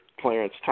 Clarence